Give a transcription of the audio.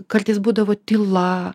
kartais būdavo tyla